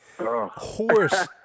Horse